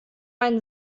ein